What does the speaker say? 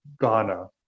Ghana